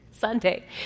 Sunday